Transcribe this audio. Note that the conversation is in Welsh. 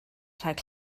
rhag